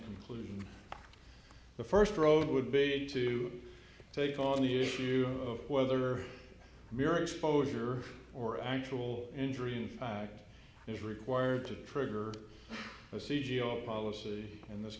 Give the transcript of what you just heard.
conclusion the first road would be to take on the issue of whether your exposure or actual injury in fact is required to trigger a c g o policy in this